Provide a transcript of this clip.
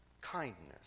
kindness